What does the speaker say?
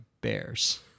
Bears